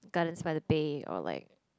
Gardens by the Bay or like